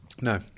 No